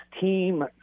team